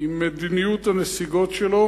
עם מדיניות הנסיגות שלו